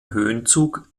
höhenzug